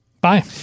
Bye